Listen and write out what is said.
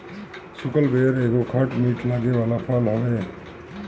सुखल बइर एगो खट मीठ लागे वाला फल हवे